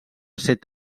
set